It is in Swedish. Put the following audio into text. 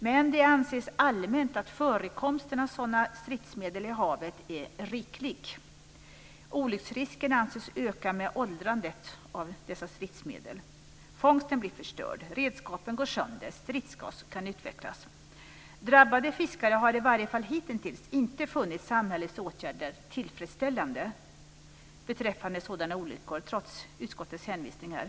Men det anses allmänt att förekomsten av sådana stridsmedel i havet är riklig. Olycksrisken anses öka med åldrandet av dessa stridsmedel. Fångsten blir förstörd. Redskapen går sönder. Stridsgas kan utvecklas. Drabbade fiskare har i varje fall hitintills inte funnit samhällets åtgärder tillfredsställande beträffande sådana olyckor; detta trots utskottets hänvisning här.